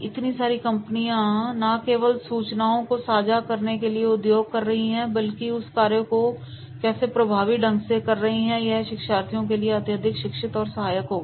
इतनी सारी कंपनियां ना केवल सूचनाओं को साझा करने के लिए उपयोग कर रही हैं बल्कि उस कार्य को कैसे प्रभावी ढंग से कर रही हैं यह शिक्षार्थियों के लिए अत्यधिक शिक्षित और सहायक होगा